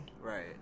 Right